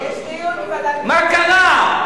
מה קרה?